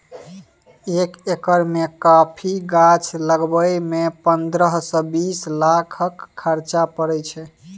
एक एकर मे कॉफी गाछ लगाबय मे पंद्रह सँ बीस लाखक खरचा परय छै